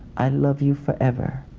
i love you forever.